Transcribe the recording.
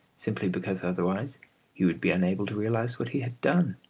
simply because otherwise he would be unable to realise what he had done.